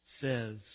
says